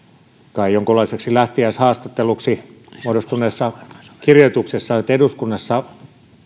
kai jonkinlaiseksi lähtiäishaastatteluksi muodostuneessa kirjoituksessaan että eduskunnassa